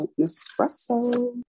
espresso